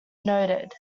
noted